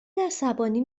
عصبانی